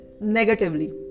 negatively